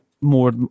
more